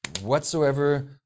whatsoever